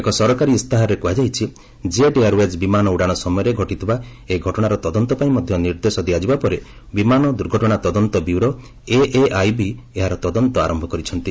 ଏକ ସରକାରୀ ଇସ୍ତାହାରରେ କୁହାଯାଇଛି ଜେଟ୍ ଏୟାର୍ଓ୍ବେଜ୍ ବିମନା ଉଡ଼ାଣ ସମୟରେ ଘଟିଥିବା ଏହି ଘଟଣାର ତଦନ୍ତ ପାଇଁ ମଧ୍ୟ ନିର୍ଦ୍ଦେଶ ଦିଆଯିବା ପରେ ବିମାନ ଦୁର୍ଘଟଣା ତଦନ୍ତ ବ୍ୟୁରୋ ଏଏଆଇବି ଏହାର ତଦନ୍ତ ଆରମ୍ଭ କରିଛନ୍ତି